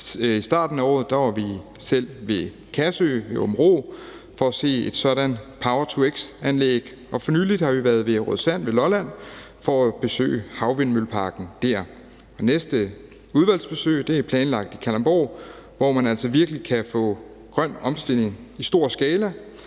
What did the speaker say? I starten af året var vi ved Kassø ved Aabenraa for at se sådan et power-to-x-anlæg. For nylig har vi været ved Rødsand ved Lolland for at besøge havvindmølleparken dér. Næste udvalgsbesøg er planlagt i Kalundborg, hvor man altså virkelig kan få grøn omstilling i stor skala.